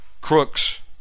crooks